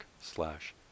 slash